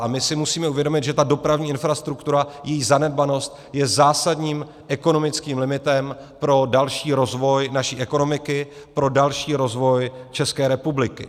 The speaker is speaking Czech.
A my si musíme uvědomit, že ta dopravní infrastruktura, její zanedbanost je zásadním ekonomickým limitem pro další rozvoj naší ekonomiky, pro další rozvoj České republiky.